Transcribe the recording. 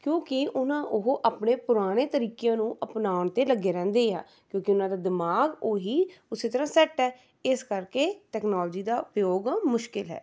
ਕਿਉਂਕਿ ਉਹਨਾਂ ਉਹ ਆਪਣੇ ਪੁਰਾਣੇ ਤਰੀਕਿਆਂ ਨੂੰ ਅਪਣਾਉਣ 'ਤੇ ਲੱਗੇ ਰਹਿੰਦੇ ਆ ਕਿਉਂਕਿ ਉਹਨਾਂ ਦਾ ਦਿਮਾਗ ਉਹੀ ਉਸੇ ਤਰ੍ਹਾਂ ਸੈੱਟ ਹੈ ਇਸ ਕਰਕੇ ਤਕਨਾਲੋਜੀ ਦਾ ਪ੍ਰਯੋਗ ਮੁਸ਼ਕਿਲ ਹੈ